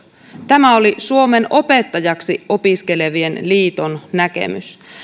tämä oli suomen opettajaksi opiskelevien liiton näkemys